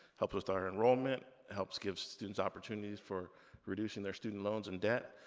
help jumpstart enrollment, helps give students opportunities for reducing their student loans and debt.